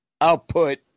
Output